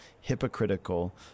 hypocritical